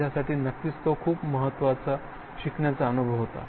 माझ्यासाठी नक्कीच तो खूप महत्त्वाचा शिकण्याचा अनुभव होता